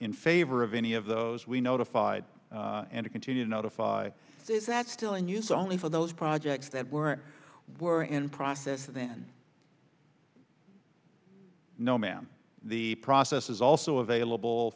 in favor of any of those we notified and continue to notify is that still in use only for those projects that were were in process then no ma'am the process is also available